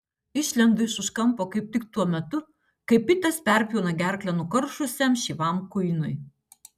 išlendu iš už kampo kaip tik tuo metu kai pitas perpjauna gerklę nukaršusiam šyvam kuinui